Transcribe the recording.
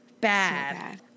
Bad